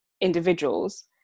individuals